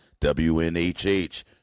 WNHH